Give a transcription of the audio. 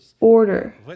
order